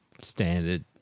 standard